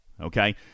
okay